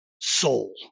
soul